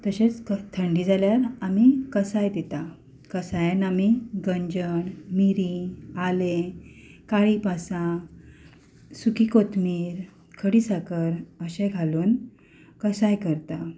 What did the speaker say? तशेंच थंडी जाली जाल्यार आमी कसाय दिता कसायान आमी गंजण मिरी आलें काळी पासां सुकी कोतमीर खडी साकर अशें घालून कसाय करता